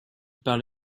parle